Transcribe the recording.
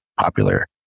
popular